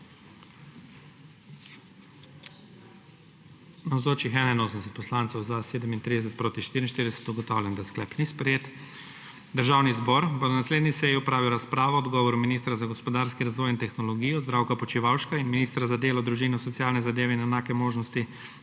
44. (Za je glasovalo 37.) (Proti 44.) Ugotavljam, da sklep ni sprejet. Državni zbor bo na naslednji seji opravil razpravo o odgovoru ministra za gospodarski razvoj in tehnologijo Zdravka Počivalška in ministra za delo, družino, socialne zadeve in enake možnosti